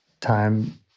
time